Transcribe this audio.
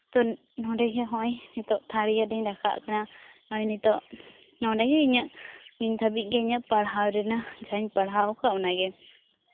ᱱᱚᱸᱰᱮ ᱜᱮ ᱱᱚᱜᱼᱚᱭ ᱱᱤᱛᱚᱜ ᱛᱷᱟᱨᱰ ᱤᱭᱟᱨ ᱨᱤᱧ ᱨᱟᱠᱟᱵ ᱟᱠᱟᱱᱟ ᱱᱚᱜᱼᱚᱭ ᱱᱤᱛᱚᱜ ᱱᱚᱸᱰᱮ ᱜᱮ ᱤᱧᱟᱹᱜ ᱱᱤᱛ ᱫᱷᱟᱹᱵᱤᱡ ᱜᱮ ᱤᱧᱟᱹᱜ ᱯᱟᱲᱦᱟᱣ ᱨᱮᱱᱟᱜ ᱡᱟᱦᱟᱧ ᱯᱟᱲᱦᱟᱣ ᱠᱟᱜ ᱚᱱᱟ ᱜᱮ